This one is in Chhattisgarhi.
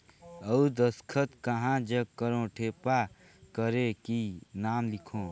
अउ दस्खत कहा जग करो ठेपा करो कि नाम लिखो?